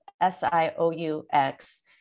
S-I-O-U-X